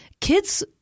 Kids